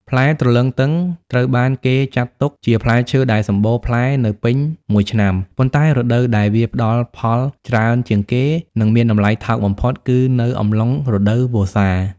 ផ្លែទ្រលឹងទឹងត្រូវបានគេចាត់ទុកជាផ្លែឈើដែលសម្បូរផ្លែនៅពេញមួយឆ្នាំ ប៉ុន្តែរដូវដែលវាផ្ដល់ផលច្រើនជាងគេ និងមានតម្លៃថោកបំផុតគឺនៅអំឡុង រដូវវស្សា។